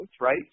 right